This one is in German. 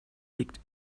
liegt